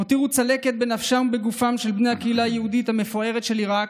הותירו צלקת בנפשם ובגופם של בני הקהילה היהודית המפוארת של עיראק,